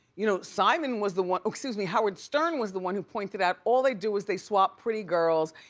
you know, simon was the one, oh, excuse me, howard stern was the one who pointed out, all they do is they swap pretty girls,